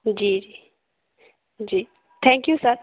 जी जी जी thank you sir